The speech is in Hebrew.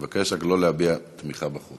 אני מבקש רק לא להביע תמיכה בחוק.